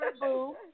boo